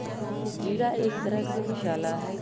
जीरा एक तरह के मसाला हई